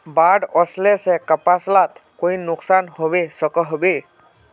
बाढ़ वस्ले से कपास लात कोई नुकसान होबे सकोहो होबे?